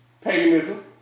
Paganism